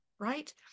Right